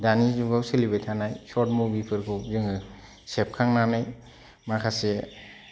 दानि जुगाव सोलिबाय थानाय शर्ट मुभिफोरखौ जोङो सेबखांनानै माखासे